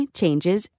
changes